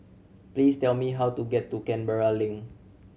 please tell me how to get to Canberra Link